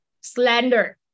slander